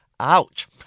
Ouch